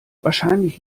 wahrscheinlich